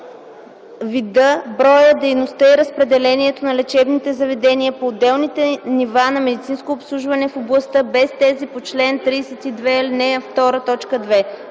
вида, броя, дейността и разпределението на лечебните заведения по отделните нива на медицинското обслужване в областта, без тези по чл. 32, ал.